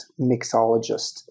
mixologist